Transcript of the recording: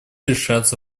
решаться